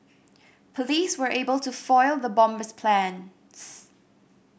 police were able to foil the bomber's plans